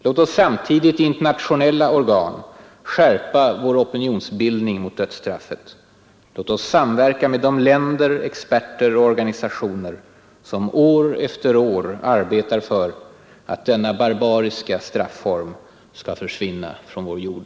Låt oss samtidigt i internationella organ skärpa vår opinionsbildning mot dödsstraffet. Låt oss samverka med de länder, experter och organisatioarbetar för att denna barbariska strafform skall ner som år efter år försvinna från vår jord.